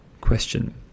question